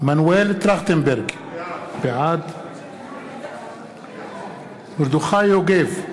בעד מרדכי יוגב,